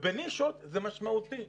בנישות זה משמעותי.